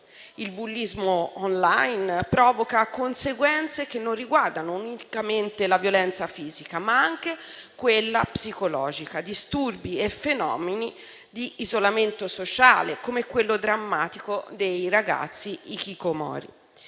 Il bullismo *online* provoca conseguenze che riguardano non unicamente la violenza fisica, ma anche quella psicologica, disturbi e fenomeni di isolamento sociale, come quello drammatico dei ragazzi *hikikomori*.